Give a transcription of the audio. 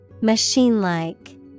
Machine-like